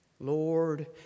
Lord